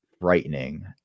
frightening